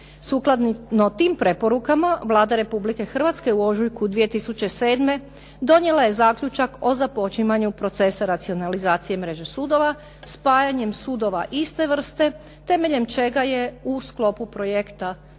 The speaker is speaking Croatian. Sukladno tim preporukama, Vlada Republike Hrvatske u ožujku 2007. donijela je zaključak o započinjanju procesa racionalizacije mreže sudove, spajanjem sudova iste vrste temeljem čega je u sklopu projekta